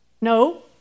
No